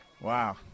Wow